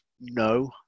No